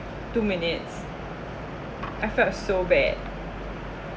two minutes I felt so bad